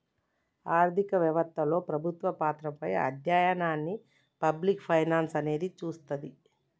ఆర్థిక వెవత్తలో ప్రభుత్వ పాత్రపై అధ్యయనాన్ని పబ్లిక్ ఫైనాన్స్ అనేది చూస్తది